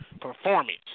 performance